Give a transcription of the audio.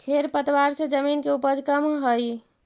खेर पतवार से जमीन के उपज कमऽ हई